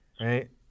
right